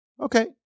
Okay